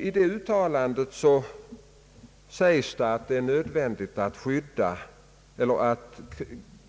I detta uttalande sägs att det är nödvändigt att